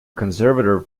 conservative